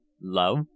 Love